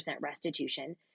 restitution